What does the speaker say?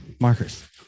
markers